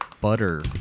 butter